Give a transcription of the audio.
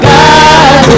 God